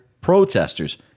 protesters